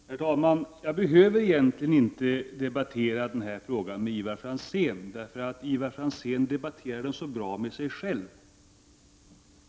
Herr talman! Jag behöver egentligen inte debattera den här frågan med Ivar Franzén, för han debatterar den så bra med sig själv.